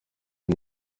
ine